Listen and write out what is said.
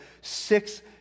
six